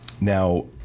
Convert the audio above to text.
Now